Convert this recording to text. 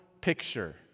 picture